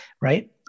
right